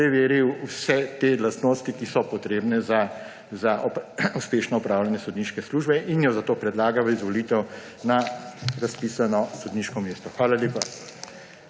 preveril vse te lastnosti, ki so potrebne za uspešno opravljanje sodniške službe, in jo je zato predlagal v izvolitev na razpisano sodniško mesto. Hvala lepa.